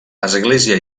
església